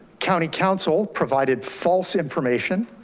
county council provided false information